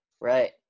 Right